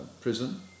prison